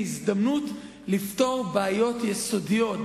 היא הזדמנות לפתור בעיות יסודיות,